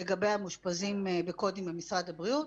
לגבי המאושפזים --- עם משרד הבריאות.